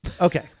Okay